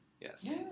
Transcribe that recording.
Yes